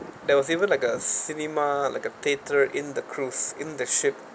there was even like a cinema like a theater in the cruise in the ship